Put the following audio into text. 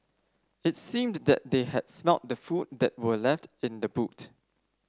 it seemed that they had smelt the food that were left in the boot